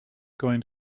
going